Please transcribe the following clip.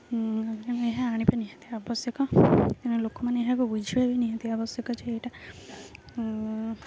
ଏହା ଆଣିବା ନିହାତି ଆବଶ୍ୟକ ତେଣୁ ଲୋକମାନେ ଏହାକୁ ବୁଝିବ ବି ନିହାତି ଆବଶ୍ୟକ ଯେ ଏଇଟା